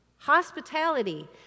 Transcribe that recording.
Hospitality